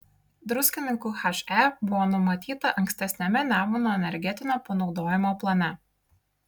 druskininkų he buvo numatyta ankstesniame nemuno energetinio panaudojimo plane